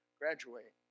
graduate